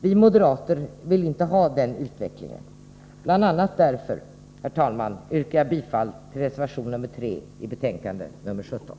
Vi moderater vill inte ha den utvecklingen. Bl. a. därför, herr talman, yrkar jag bifall till reservation nr 3 i betänkande nr 17.